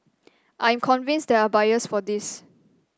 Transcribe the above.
I'm convinced there are buyers for this